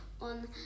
on